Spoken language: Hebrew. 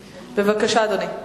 בבקשה, אדוני.